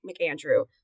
McAndrew